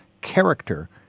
character